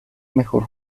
mejor